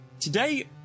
today